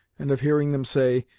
and of hearing them say,